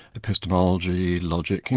epistemology, logic, you,